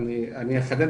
אני אחדד.